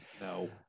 No